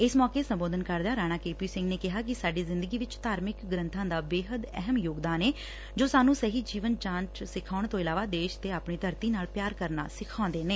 ਇਸ ਮੌਕੇ ਸੰਬੋਧਨ ਕਰਦਿਆਂ ਰਾਣਾ ਕੇਪੀ ਸਿੰਘ ਨੇ ਕਿਹਾ ਕਿ ਸਾਡੀ ਜ਼ਿੰਦਗੀ ਵਿੱਚ ਧਾਰਮਿਕ ਗ੍ਰੰਬਾਂ ਦਾ ਬੇਹੱਦ ਅਹਿਮ ਯੋਗਦਾਨ ਏ ਜੋ ਸਾਨੂੰ ਸਹੀ ਜੀਵਨ ਜਾਂਚ ਸਿਖਾਊਣ ਤੋਂ ਇਲਾਵਾ ਦੇਸ਼ ਤੇ ਆਪਣੀ ਧਰਤੀ ਨਾਲ ਪਿਆਰ ਕਰਨਾ ਸਿਖਾਉਂਦੇ ਨੇ